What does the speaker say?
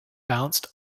bounced